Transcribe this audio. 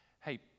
hey